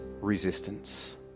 resistance